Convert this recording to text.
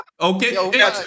okay